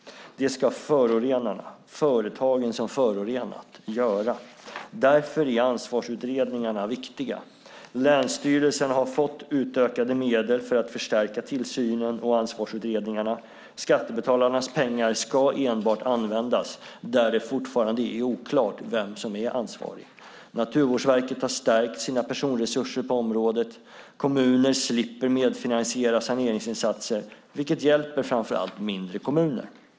Det ska förorenarna - företagen som förorenat - göra. Därför är ansvarsutredningarna viktiga. Länsstyrelserna har fått utökade medel för att förstärka tillsynen och ansvarsutredningarna. Skattebetalarnas pengar ska enbart användas där det fortfarande är oklart vem som är ansvarig. Naturvårdsverket har stärkt sina personresurser på området. Kommuner slipper medfinansiera saneringsinsatser, vilket hjälper framför allt mindre kommuner.